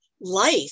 life